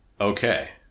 okay